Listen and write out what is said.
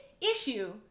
issue